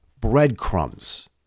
breadcrumbs